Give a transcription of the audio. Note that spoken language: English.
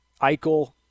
Eichel